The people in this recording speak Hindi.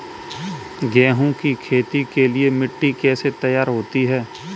गेहूँ की खेती के लिए मिट्टी कैसे तैयार होती है?